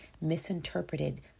misinterpreted